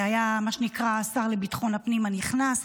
שהיה מה שנקרא השר לביטחון הפנים הנכנס,